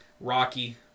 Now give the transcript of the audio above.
Rocky